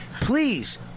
please